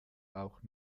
auch